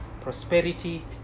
prosperity